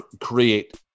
create